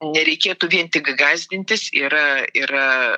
nereikėtų vien tik gąsdintis yra yra